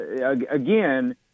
again